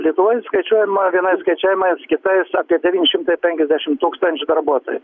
lietuvoje skaičiuojama vienais skaičiavimais kitais apie devyni šimtai penkiasdešim tūkstančių darbuotojų